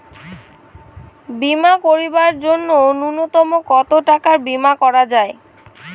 বীমা করিবার জন্য নূন্যতম কতো টাকার বীমা করা যায়?